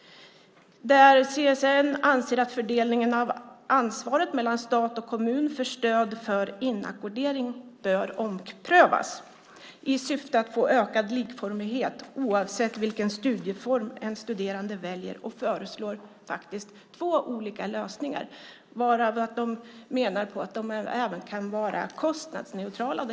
CSN anser att fördelningen av ansvaret mellan stat och kommun för stöd för inackordering bör omprövas i syfte att få ökad likformighet oavsett vilken studieform en studerande väljer, och man föreslår faktiskt två olika lösningar. De menar att dessa lösningar även kan vara kostnadsneutrala.